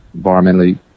environmentally